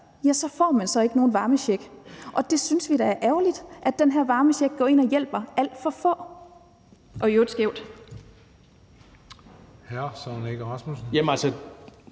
får de så ikke nogen varmecheck. Vi synes da, det er ærgerligt, at man med den her varmecheck går ind og hjælper alt for få – og i øvrigt skævt.